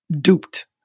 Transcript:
duped